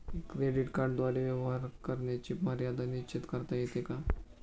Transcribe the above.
Credit कार्डद्वारे व्यवहार करण्याची मर्यादा निश्चित करता येते का?